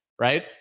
right